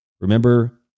Remember